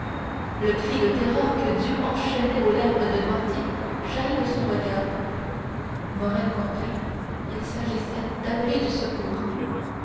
le cri de terreur que dieu enchaînait aux lèvres de noirtier jaillit de son regard morrel comprit il s'agissait d'appeler du secours